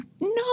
no